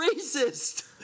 racist